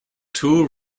two